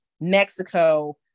Mexico